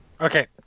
Okay